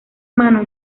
mano